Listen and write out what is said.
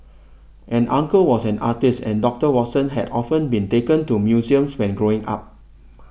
an uncle was an artist and Doctor Watson had often been taken to museums when growing up